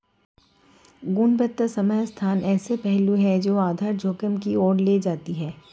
गुणवत्ता समय स्थान ऐसे पहलू हैं जो आधार जोखिम की ओर ले जाते हैं